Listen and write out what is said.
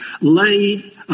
lay